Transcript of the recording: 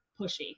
pushy